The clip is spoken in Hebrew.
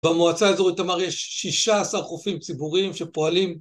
במועצה האזורית, אמר יש 16 חופים ציבוריים שפועלים